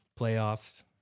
playoffs